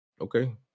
Okay